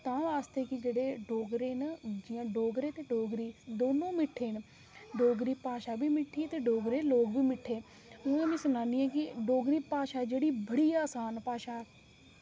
तां आखदे न कि जेह्ड़े डोगरे न जि'यां डोगरे ते डोगरी बड़े मिट्ठे न डोगरी भाशा बी मिट्ठी ते डोगरे लोग बी मिट्ठे ते उ'नें बी सनान्नी कि डोगरी भाशा जेह्ड़ी बड़ी आसान भाशा